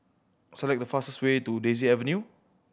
select the fastest way to Daisy Avenue